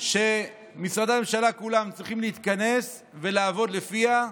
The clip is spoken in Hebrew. שמשרדי הממשלה כולם צריכים להתכנס ולעבוד לפיה,